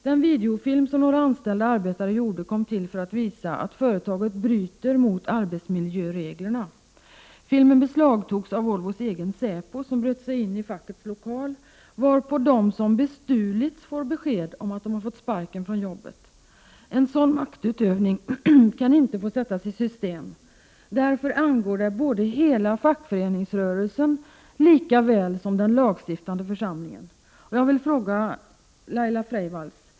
Den videofilm som några anställda arbetare gjorde kom till för att visa att företaget bryter mot arbetsmiljöreglerna. Filmen beslagtogs av Volvos egen säpo, som bröt sig in i fackets lokal, varpå de som bestulits får besked om att de får sparken från jobbet. En sådan maktutövning kan inte få sättas i system. Därför angår denna fråga både hela fackföreningsrörelsen och den lagstiftande församlingen. Jag vill ställa en fråga till Lailja Freivalds.